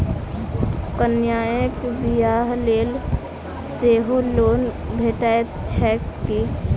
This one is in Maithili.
कन्याक बियाह लेल सेहो लोन भेटैत छैक की?